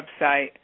website